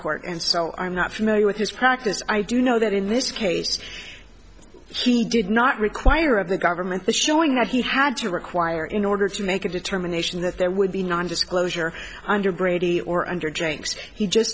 court and so i'm not familiar with his practice i do know that in this case he did not require of the government the showing that he had to require in order to make a determination that there would be non disclosure under brady or under jenks he just